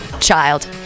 child